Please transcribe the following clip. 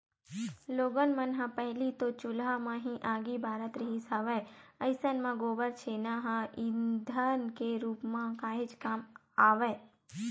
लोगन मन ह पहिली तो चूल्हा म ही आगी बारत रिहिस हवय अइसन म गोबर छेना ह ईधन के रुप म काहेच काम आवय